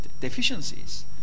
deficiencies